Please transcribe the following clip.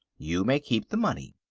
you may keep the money.